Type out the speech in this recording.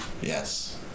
Yes